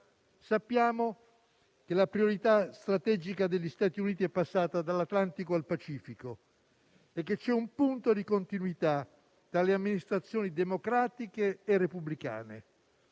Sappiamo che la priorità strategica degli Stati Uniti è passata dall'Atlantico al Pacifico e che c'è un punto di continuità tra le amministrazioni democratiche e repubblicane.